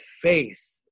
faith